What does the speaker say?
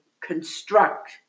construct